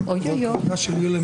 אחרי הפגרה,